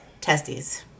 testes